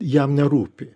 jam nerūpi